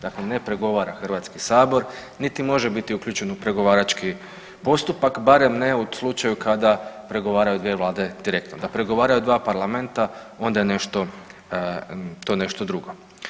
Dakle, ne pregovara Hrvatski sabor niti može biti uključen u pregovarački postupak, barem ne u slučaju kada pregovaraju dvije vlade direktno da pregovaraju dva parlamenta onda je nešto, to nešto drugo.